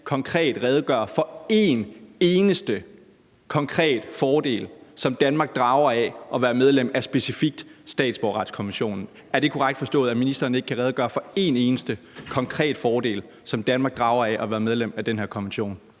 konkret redegøre for en eneste konkret fordel, som Danmark drager af at være medlem af specifikt statsborgerretskonventionen. Er det korrekt forstået, at ministeren ikke kan redegøre for en eneste konkret fordel, som Danmark drager af at være medlem af den her konvention?